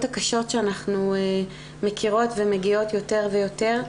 הקשות שאנחנו מכירות ושמגיעות יותר ויותר.